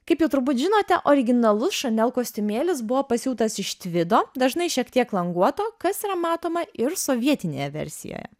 kaip jau turbūt žinote originalus chanel kostiumėlis buvo pasiūtas iš tvido dažnai šiek tiek languoto kas yra matoma ir sovietinėje versijoje